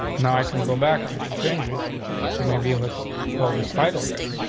now i can go back and i can change. it could maybe let's call this title heading.